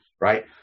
right